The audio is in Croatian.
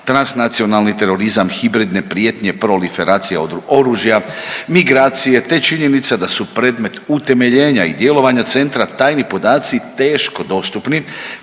transnacionalni terorizam, hibridne prijetnje, proliferacija od oružja, migracije te činjenica da su predmet utemeljenja i djelovanja centra tajni podaci teško dostupni